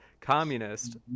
communist